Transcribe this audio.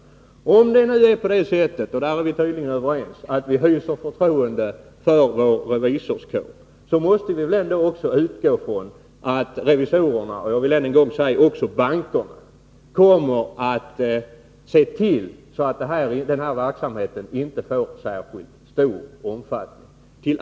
Om ni hyser förtroende för vår revisorskår — och där är vi tydligen överens — måste vi väl ändå utgå ifrån att revisorerna och också bankerna kommer att se till att den här verksamheten inte får särskilt stor omfattning.